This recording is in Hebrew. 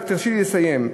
רק תרשי לי לסיים.